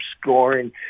scoring